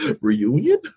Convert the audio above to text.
reunion